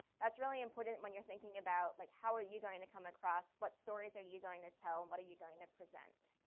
that's really important when you're thinking about like, how are you going to come across? what stories are you going to tell? what are you going to present?